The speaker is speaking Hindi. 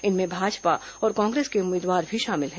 इनमें भाजपा और कांग्रेस के उम्मीदवार भी शामिल हैं